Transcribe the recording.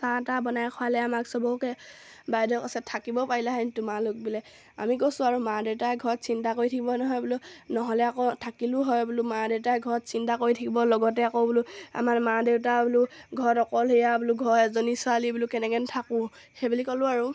চাহ তাহ বনাই খোৱালে আমাক সবকে বাইদেৱে কৈছে থাকিব পাৰিলাহেঁতেন তোমালোক বোলে আমি কৈছোঁ আৰু মা দেউতাই ঘৰত চিন্তা কৰি থাকিব নহয় বোলো নহ'লে আকৌ থাকিলো হয় বোলো মা দেউতাই ঘৰত চিন্তা কৰি থাকিব লগতে আকৌ বোলো আমাৰ মা দেউতা বোলো ঘৰত অকলশৰীয়া বোলো ঘৰৰ এজনী ছোৱালী বোলো কেনেকৈনো থাকোঁ সেইবুলি ক'লোঁ আৰু